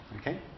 Okay